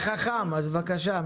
אחרון בבקשה.